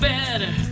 better